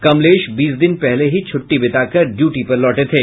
कमलेश बीस दिन पहले ही छुट्टी बिताकर ड्यूटी पर लौटे थे